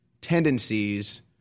tendencies